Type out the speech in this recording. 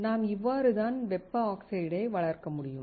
நாம் இவ்வாறு தான் வெப்ப ஆக்ஸைடை வளர்க்க முடியும்